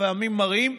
לפעמים מרים,